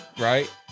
Right